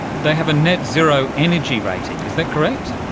they have a net zero energy rating, is that correct?